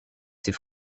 ses